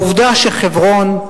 העובדה שחברון,